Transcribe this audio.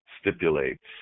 stipulates